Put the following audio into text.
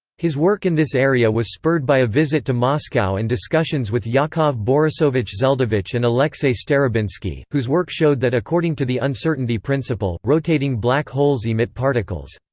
his work in this area was spurred by a visit to moscow and discussions with yakov borisovich zel'dovich and alexei starobinsky, whose work showed that according to the uncertainty principle, rotating black holes emit particles.